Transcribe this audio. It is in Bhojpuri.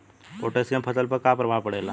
पोटेशियम के फसल पर का प्रभाव पड़ेला?